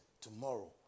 tomorrow